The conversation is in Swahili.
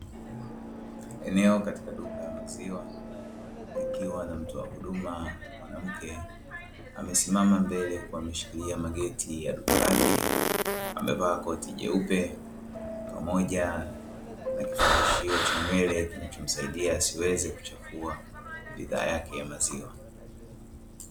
Eneo katika duka la maziwa zikiwa na mtoa huduma mwanamke amesimama mbele huku ameshikilia mageti ya duka lake amevaa koti jeupe pamoja na kifungashio cha nywele kinachomsaidia asiweze kuchafua bidhaa yake ya maziwa.